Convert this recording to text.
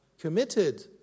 committed